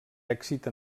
èxit